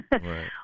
Right